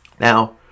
Now